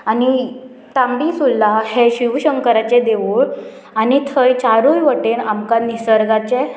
आनी तांबडी सुर्ला हें शिवशंकराचें देवूळ आनी थंय चारूय वटेन आमकां निसर्गाचें